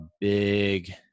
big